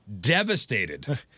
devastated